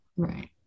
Right